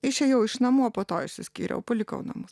išėjau iš namų o po to išsiskyriau palikau namus